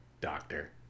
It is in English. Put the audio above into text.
Doctor